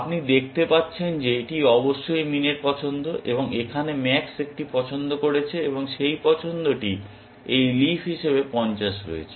আপনি দেখতে পাচ্ছেন যে এটি অবশ্যই মিন এর পছন্দ এবং এখানে ম্যাক্স একটি পছন্দ করেছে এবং সেই পছন্দটি এই লিফ হিসাবে 50 হয়েছে